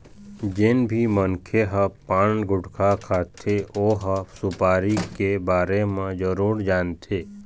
जेन भी मनखे ह पान, गुटका खाथे ओ ह सुपारी के बारे म जरूर जानथे